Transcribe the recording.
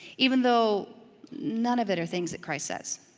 even though none of it are things that christ says.